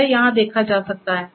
यह यहाँ देखा जा सकता है